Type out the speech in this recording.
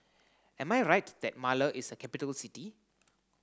am I right that Male is a capital city